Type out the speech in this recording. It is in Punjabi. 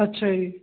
ਅੱਛਾ ਜੀ